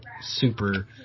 super